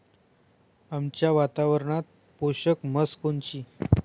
आमच्या वातावरनात पोषक म्हस कोनची?